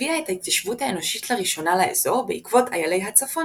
הביאה את ההתיישבות האנושית לראשונה לאזור בעקבות איילי הצפון